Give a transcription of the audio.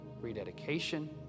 rededication